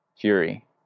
fury